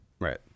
Right